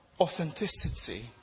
authenticity